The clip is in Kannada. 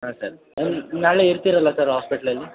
ಹಾಂ ಸರ್ ನಾಳೆ ಇರ್ತೀರಲ್ಲ ಸರ್ ಹಾಸ್ಪೆಟ್ಲಲ್ಲಿ